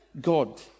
God